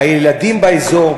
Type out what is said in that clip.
הילדים באזור,